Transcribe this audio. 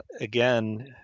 again